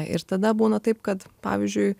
ir tada būna taip kad pavyzdžiui